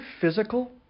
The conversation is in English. physical